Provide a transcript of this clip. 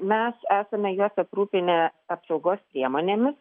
mes esame juos aprūpinę apsaugos priemonėmis